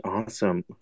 Awesome